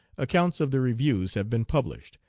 accounts of the reviews have been published,